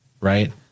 Right